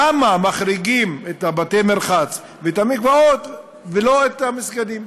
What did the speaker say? למה מחריגים את בתי-המרחץ ואת המקוואות ולא את המסגדים?